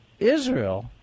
Israel